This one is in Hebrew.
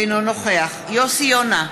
אינו נוכח יוסי יונה,